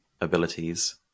abilities